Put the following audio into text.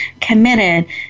committed